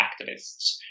activists